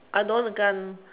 I don't want the gun